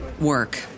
work